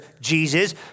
Jesus